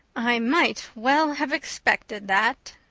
i might well have expected that,